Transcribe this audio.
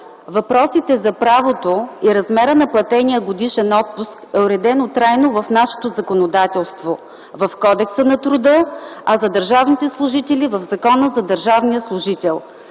Въпросите за правото и размера на платения годишен отпуск са уредени трайно в нашето законодателство – в Кодекса на труда, а за държавните служители – в Закона за държавния служител.